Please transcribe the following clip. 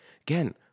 again